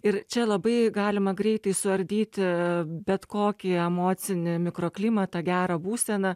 ir čia labai galima greitai suardyti bet kokį emocinį mikroklimatą gerą būseną